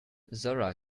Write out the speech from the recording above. zora